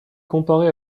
comparé